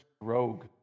Rogue